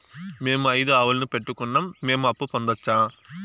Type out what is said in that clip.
మేము ఐదు ఆవులని పెట్టుకున్నాం, మేము అప్పు పొందొచ్చా